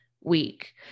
week